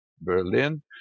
Berlin